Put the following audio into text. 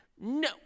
No